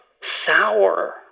Sour